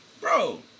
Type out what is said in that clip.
bro